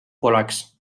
poleks